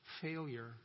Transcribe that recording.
failure